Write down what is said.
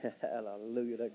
Hallelujah